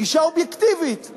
גישה אובייקטיבית,